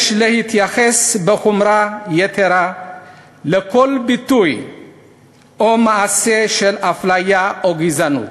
יש להתייחס בחומרה יתרה לכל ביטוי או מעשה של אפליה או גזענות.